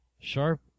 Sharp